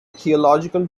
theological